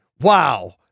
wow